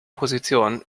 position